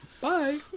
Bye